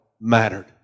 mattered